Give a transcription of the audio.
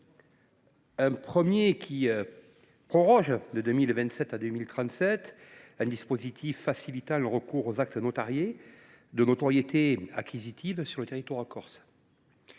Le premier proroge, de 2027 à 2037, un dispositif facilitant le recours aux actes notariés de notoriété acquisitive sur le territoire corse